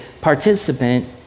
participant